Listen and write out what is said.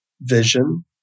vision